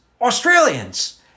Australians